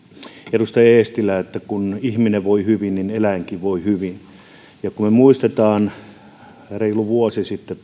edustaja eestilä että kun ihminen voi hyvin niin eläinkin voi hyvin kun me muistamme reilu vuosi sitten